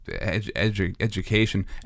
education